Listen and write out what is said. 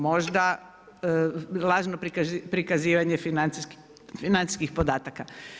Možda lažno prikazivanje financijskih podataka.